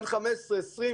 שנים אלא במסקנות שעולות,